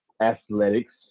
athletics